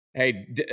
Hey